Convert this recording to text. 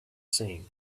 saying